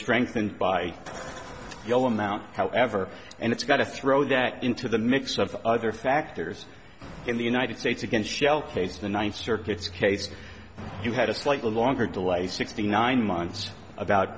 strengthened by you know amount however and it's got to throw that into the mix of other factors in the united states against shell case the ninth circuit's case you had a slightly longer delay sixty nine months about